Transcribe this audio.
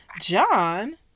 John